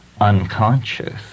unconscious